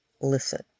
listen